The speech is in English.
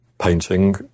painting